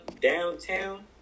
downtown